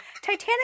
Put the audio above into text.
titanic